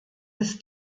ist